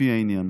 לפי העניין.